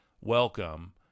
welcome